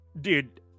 dude